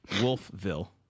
Wolfville